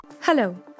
Hello